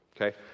Okay